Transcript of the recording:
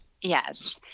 Yes